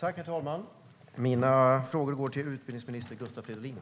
Herr talman! Mina frågor går självklart till utbildningsminister Gustav Fridolin.